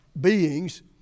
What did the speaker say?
beings